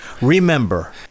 Remember